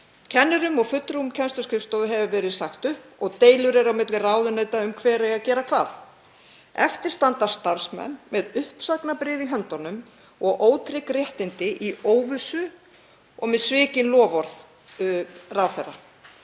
Kennurum og fulltrúum kennsluskrifstofu hefur verið sagt upp og deilur eru á milli ráðuneyta um hver eigi að gera hvað. Eftir standa starfsmenn með uppsagnarbréf í höndunum og ótrygg réttindi í óvissu og með svikin loforð ráðherra.